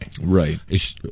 right